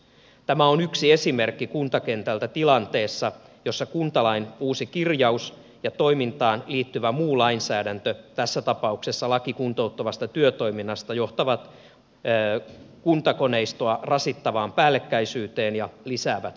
tämä on yksi esimerkki kuntakentältä tilanteesta jossa kuntalain uusi kirjaus ja toimintaan liittyvä muu lainsäädäntö tässä tapauksessa laki kuntouttavasta työtoiminnasta johtavat kuntakoneistoa rasittavaan päällekkäisyyteen ja lisäävät byrokratiaa